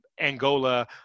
Angola